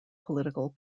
political